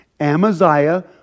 Amaziah